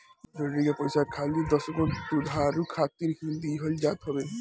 इ सब्सिडी के पईसा खाली दसगो दुधारू खातिर ही दिहल जात हवे